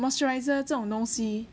moisturizer 这种东西